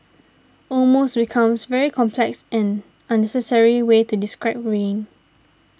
almost becomes very complex and unnecessary way to describe rain